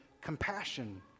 compassion